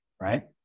Right